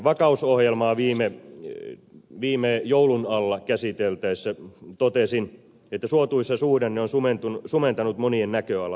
vakausohjelmaa viime joulun alla käsiteltäessä totesin että suotuisa suhdanne on sumentanut monien näköalaa